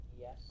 Yes